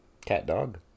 Cat-dog